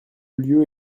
lieu